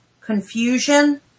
confusion